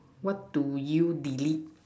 what do you delete